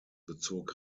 bezog